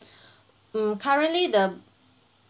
mm currently the